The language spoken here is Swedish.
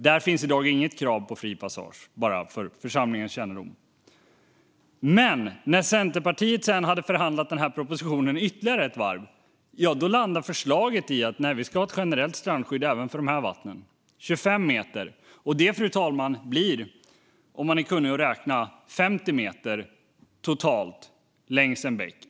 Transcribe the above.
Där finns i dag inget krav på fri passage, bara för församlingens kännedom. Men när Centerpartiet sedan hade förhandlat propositionen ytterligare ett varv landade förslaget i: Nej, vi ska ha ett generellt strandskydd även för dessa vatten - på 25 meter. Fru talman! Om man är kunnig i att räkna blir det 50 meter totalt längs en bäck.